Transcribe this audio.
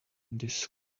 this